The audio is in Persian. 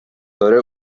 داره